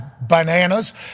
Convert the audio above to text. bananas